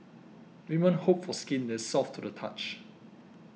women hope for skin that is soft to the touch